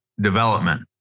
development